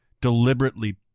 deliberately